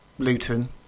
luton